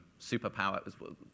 superpower